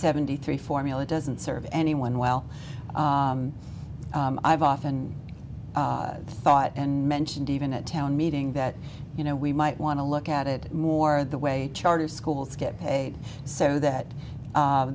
seventy three formula doesn't serve anyone well i've often thought and mentioned even a town meeting that you know we might want to look at it more the way charter schools get paid so that